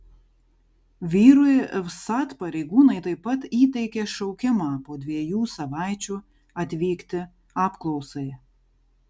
vyrui vsat pareigūnai taip pat įteikė šaukimą po dviejų savaičių atvykti apklausai